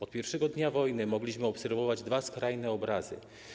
Od pierwszego dnia wojny mogliśmy obserwować dwa skrajne obrazy.